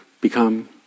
become